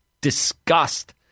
disgust